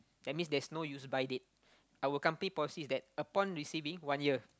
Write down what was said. that means there's no use by date our company policy is that upon receiving one year